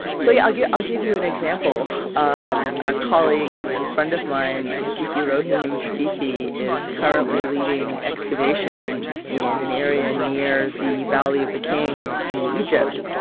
so yeah i'll give i'll give you an example. um a colleague and friend of mine, yeah afifi rohim afifi, is currently leading excavations in an area near the valley of the kings in egypt.